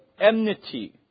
enmity